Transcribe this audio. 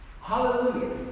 Hallelujah